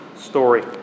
story